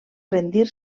rendir